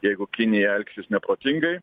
jeigu kinija elgsis neprotingai